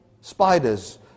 spiders